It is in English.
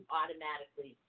automatically